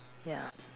ya